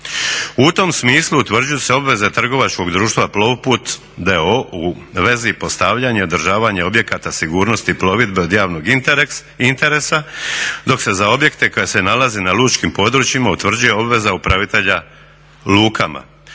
U tom smislu utvrđuju se obveze trgovačkog društva Plovput d.o.o. u vezi po i održavanja objekata sigurnosti plovidbe od javnog interesa, dok se za objekte koji se nalaze na lučkim područjima utvrđuje obveza upravitelja lukama.